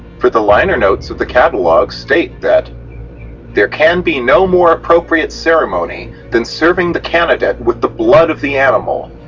for the liner notes of the catalog state that there can be no more appropriate ceremony than serving the candidate with the blood of the animal,